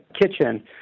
kitchen